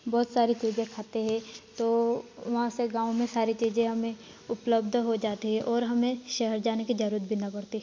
बहुत सारी चीज़ें खाते हैं तो वहाँ से गाँव में सारी चीज़ें हमें उपलब्ध हो जाती है और हमें शहर जाने की जरूरत भी नहीं पड़ती है